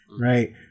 right